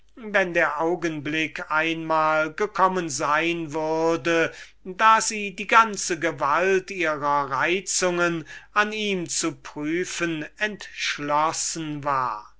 wenn der augenblick einmal gekommen sein würde da sie die ganze gewalt ihrer reizungen an ihm zu prüfen entschlossen war